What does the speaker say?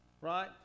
Right